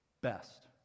best